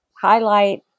highlight